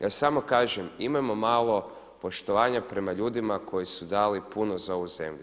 Ja samo kažem, imajmo malo poštovanja prema ljudima koji su dali puno za ovu zemlju.